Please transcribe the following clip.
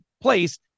place